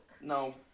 No